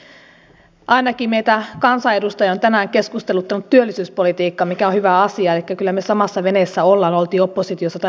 ainakin meitä kansanedustajia on tänään keskusteluttanut työllisyyspolitiikka mikä on hyvä asia elikkä kyllä me samassa veneessä olemme oltiin oppositiossa tai hallituksessa